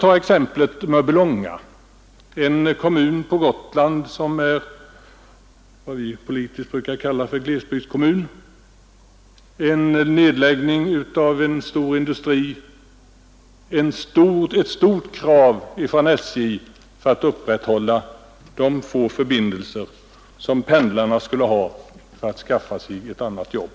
Som exempel kan jag nämna Mörbylånga, en kommun på Öland som är vad vi politiskt brukar kalla en glesbygdskommun. Där har skett en nedläggning av en stor industri och det har från kommunens sida ansetts som ett starkt krav att SJ skall upprätthålla de förbindelser som pendlarna behöver för att skaffa sig ett annat jobb.